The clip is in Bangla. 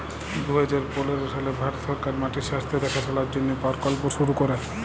দু হাজার পলের সালে ভারত সরকার মাটির স্বাস্থ্য দ্যাখাশলার জ্যনহে পরকল্প শুরু ক্যরে